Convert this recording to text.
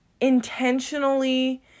intentionally